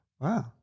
Wow